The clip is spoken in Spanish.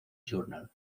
journal